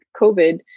COVID